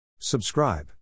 subscribe